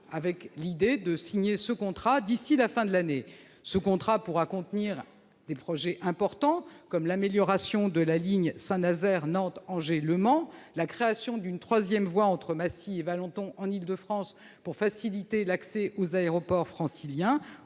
Loire, l'idée étant de signer ce contrat d'ici à la fin de l'année. Ce contrat pourra contenir des projets importants, comme l'amélioration de la ligne Saint-Nazaire-Nantes-Angers-Le Mans, la création d'une troisième voie entre Massy et Valenton en Île-de-France pour faciliter l'accès aux aéroports franciliens,